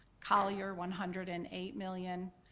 collier one hundred and eight million,